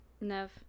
Nev